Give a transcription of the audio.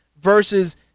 versus